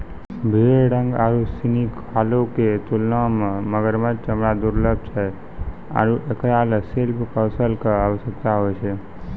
भेड़ रंग आरु सिनी खालो क तुलना म मगरमच्छ चमड़ा दुर्लभ छै आरु एकरा ल शिल्प कौशल कॅ आवश्यकता होय छै